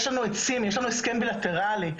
יש לנו הסכם בילטרלי,